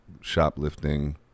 shoplifting